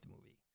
movie